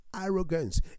arrogance